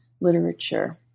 literature